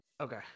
Okay